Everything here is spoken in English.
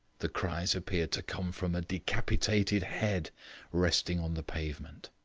the cries appeared to come from a decapitated head resting on the pavement.